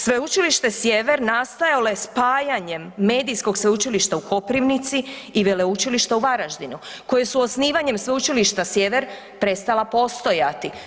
Sveučilište Sjever nastajalo je spajanjem Medijskog sveučilišta u Koprivnici i Veleučilišta u Varaždinu koji su osnivanjem Sveučilišta Sjever prestala postojati.